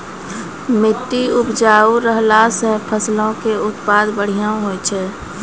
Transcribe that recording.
मट्टी उपजाऊ रहला से फसलो के उत्पादन बढ़िया होय छै